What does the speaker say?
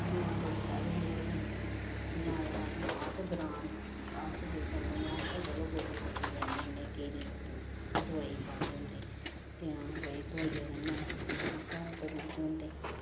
लोक बड़े सारे लोक हून जियां अज्जकल अस ग्रांऽ अस केह् करने होन्ने आं गोड्डी छोड्डी करने होन्ने केईं लोक दुआई पांदे होंदे ते हां भाई दुआई कन्नै मक्कां मुक्कां रौंदे होंदे